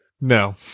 No